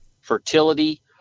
fertility